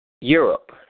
Europe